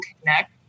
connect